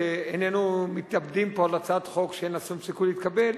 איננו מתאבדים פה על הצעת חוק שאין לה שום סיכוי להתקבל.